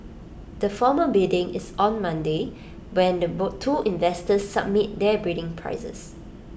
the formal bidding is on Monday when the two investors submit their bidding prices